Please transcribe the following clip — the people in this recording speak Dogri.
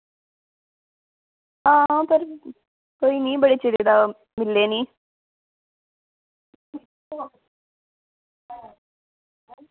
आं करो कोई निं बड़े चिर दा मिले नी